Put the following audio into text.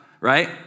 right